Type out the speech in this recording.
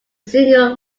single